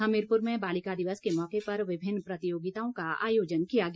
हमीरपुर में बालिका दिवस के मौके पर विभिन्न प्रतियोगिताओं का आयोजन किया गया